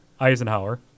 Eisenhower